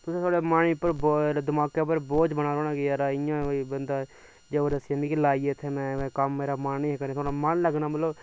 ते तुसेंगी दिमागै उप्पर बोझ बनी जाना कि बंदा जबरदस्ती मिगी लाइयै इत्थैं कम्म मेरा मन गै नीं लग्गना मतलव